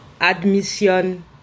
Admission